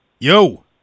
Yo